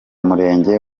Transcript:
murenge